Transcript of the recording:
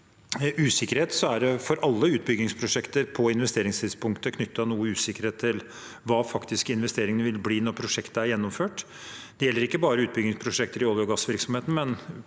usikkerhet, er det for alle utbyggingsprosjekter på investeringstidspunktet knyttet noe usikkerhet til hva investeringene faktisk vil bli når prosjektet er gjennomført. Det gjelder ikke bare utbyggingsprosjekter i olje- og gassvirksomheten,